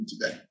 today